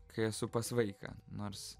kai esu pas vaiką nors